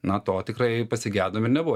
na to tikrai pasigedom ir nebuvo